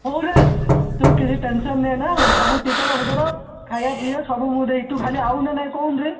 ହଉରେ ତୁ କିଛି ଟେନସନ ନେଏନା ସବୁ ଟିକେଟ ଫିକେଟ ଖାଇବା ପିଇବା ସବୁ ମୁଁ ଦେବି ତୁ ଖାଲି ଆସିବୁ ନା ନାହିଁ କହୁନରେ